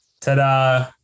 ta-da